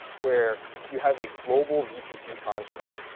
where you have a global vpc construct,